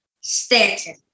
Stanton